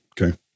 okay